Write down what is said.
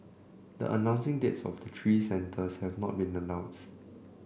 the announcing dates of the three centres have not been announced